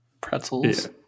pretzels